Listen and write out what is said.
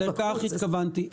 לכך התכוונתי.